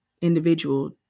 individual